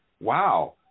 wow